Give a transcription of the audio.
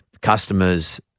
customers